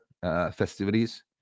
festivities